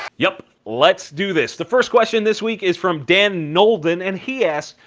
yup, let's do this. the first question this week is from dan nolden and he asks,